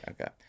okay